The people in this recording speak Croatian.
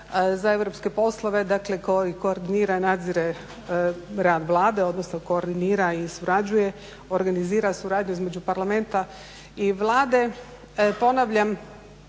za europske poslove dakle koji koordinira, nadzire rad Vlade, odnosno koordinira i surađuje, organizira suradnju između Parlamenta i Vlade, ponavljam